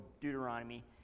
Deuteronomy